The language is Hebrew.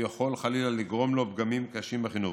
הוא יכול חלילה לגרום לו פגמים קשים בחינוך,